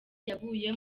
yaguye